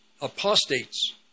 apostates